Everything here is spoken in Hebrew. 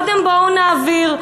קודם בואו נעביר.